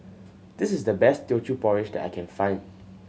this is the best Teochew Porridge that I can find